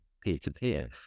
peer-to-peer